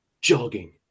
jogging